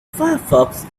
firefox